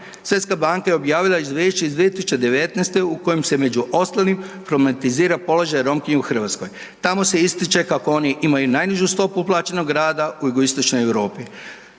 Svjetska banka je objavila izvješće iz 2019. u kojem se među ostalim problematizira položaj Romkinja u Hrvatskoj. Tamo se ističe kako oni imaju najnižu stopu plaćenog rada u Jugoistočnoj Europi